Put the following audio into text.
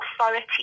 authority